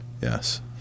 Yes